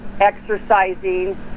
exercising